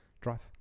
Drive